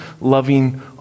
loving